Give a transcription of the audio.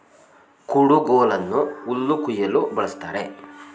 ಕುಡುಗೋಲನ್ನು ಹುಲ್ಲು ಕುಯ್ಯಲು ಬಳ್ಸತ್ತರೆ